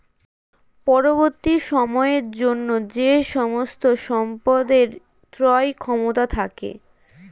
পরবর্তী সময়ের জন্য যে সমস্ত সম্পদের ক্রয় ক্ষমতা থাকে